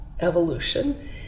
evolution